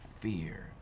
fear